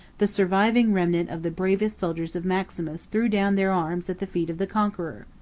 the surviving remnant of the bravest soldiers of maximus threw down their arms at the feet of the conqueror.